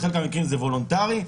בחלק מהמקרים זה וולונטרי,